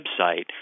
website